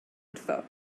wrtho